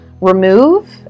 remove